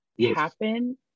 happen